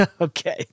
Okay